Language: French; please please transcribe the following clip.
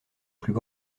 plus